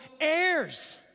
heirs